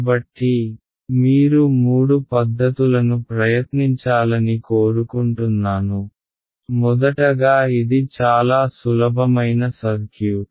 కాబట్టి మీరు మూడు పద్ధతులను ప్రయత్నించాలని కోరుకుంటున్నాను మొదటగా ఇది చాలా సులభమైన సర్క్యూట్